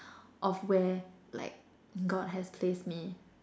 of where like God has placed me